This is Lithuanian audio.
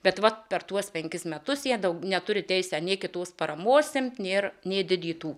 bet va per tuos penkis metus jie daug neturi teisę nei kitos paramos imt nė didint ūkį